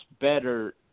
better